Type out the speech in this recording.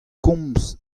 komz